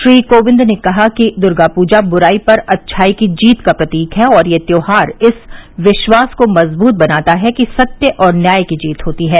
श्री कोविंद ने कहा कि दर्गा पूजा बुराई पर अच्छाई की जीत का प्रतीक है और यह त्यौहार इस विश्वास को मजबुत बनाता है कि सत्य और न्याय की जीत होती है